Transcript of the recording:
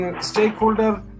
stakeholder